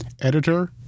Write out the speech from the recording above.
Editor